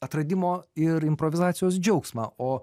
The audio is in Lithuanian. atradimo ir improvizacijos džiaugsmą o